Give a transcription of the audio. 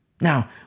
Now